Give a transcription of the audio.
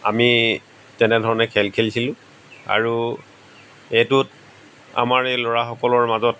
অমি তেনেধৰণে খেল খেলিছিলো আৰু এইটোত আমাৰ এই ল'ৰাসকলৰ মাজত